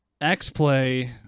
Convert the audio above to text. X-Play